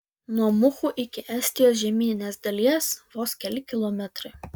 nuo muhu iki estijos žemyninės dalies vos keli kilometrai